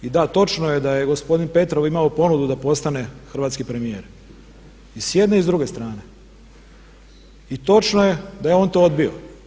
I da, točno je da je gospodin Petrov imao ponudu da postane hrvatski premijer i s jedne i s druge strane i točno je da je on to odbio.